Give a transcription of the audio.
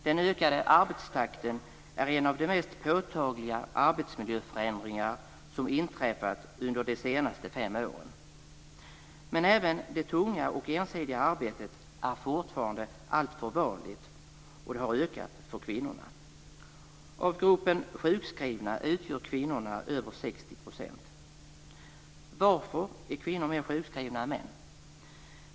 Den ökade arbetstakten är en av de mest påtagliga arbetsmiljöförändringar som inträffat under de senaste fem åren. Men även det tunga och ensidiga arbetet är fortfarande alltför vanligt, och det har ökat för kvinnorna.